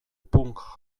punk